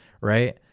right